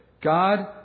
God